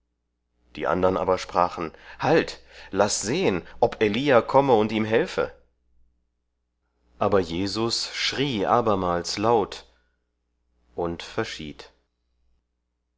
die andern aber sprachen halt laß sehen ob elia komme und ihm helfe aber jesus schrie abermals laut und verschied